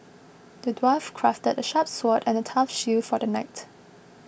the dwarf crafted a sharp sword and a tough shield for the knight